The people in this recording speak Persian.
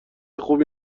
خوبی